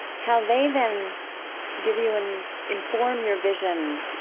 how they then give you, and inform your vision,